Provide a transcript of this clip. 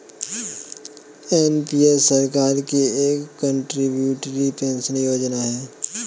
NPS सरकार की एक कंट्रीब्यूटरी पेंशन योजना है